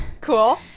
Cool